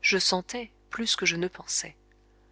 je sentais plus que je ne pensais